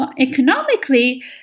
economically